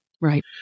Right